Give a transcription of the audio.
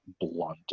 blunt